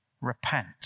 repent